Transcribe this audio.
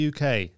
UK